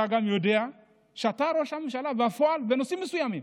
גם אתה יודע שאתה ראש הממשלה בפועל בנושאים מסוימים.